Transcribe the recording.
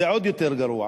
זה עוד יותר גרוע.